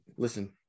Listen